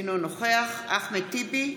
אינו נוכח אחמד טיבי,